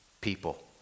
people